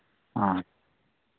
ᱚ